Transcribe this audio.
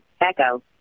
Echo